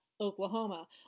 Oklahoma